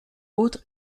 autre